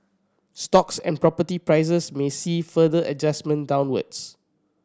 stocks and property prices may see further adjustment downwards